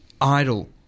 Idle